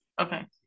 Okay